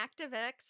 ActiveX